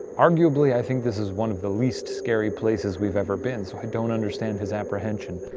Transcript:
arguably, i think this is one of the least scary places we've ever been, so i don't understand his apprehension.